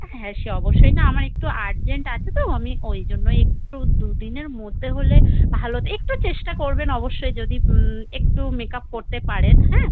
হ্যাঁ সে অবশ্যই না আমার একটু আর্জেন্ট আছে তো আমি ওইজন্যই একটু দু দিনের মধ্যে হলে ভালো হতো একটু চেষ্টা করবেন অবশ্যই যদি একটু মেক আপ করতে পারেন হ্যাঁ